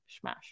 smash